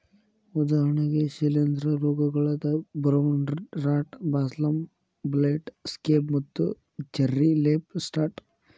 ಉದಾಹರಣೆಗೆ ಶಿಲೇಂಧ್ರ ರೋಗಗಳಾದ brown rot blossom blight, scab ಮತ್ತು ಚೆರ್ರಿ ಲೇಫ್ ಸ್ಪಾಟ್